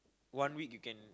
one week you can